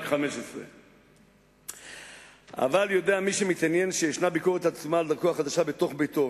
לא 17. יודע מי שמתעניין שיש ביקורת עצומה על דרכו החדשה בתוך ביתו.